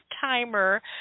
timer